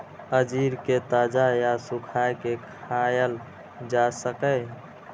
अंजीर कें ताजा या सुखाय के खायल जा सकैए